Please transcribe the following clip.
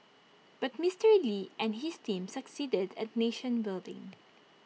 but Mister lee and his team succeeded at nation building